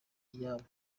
iyabo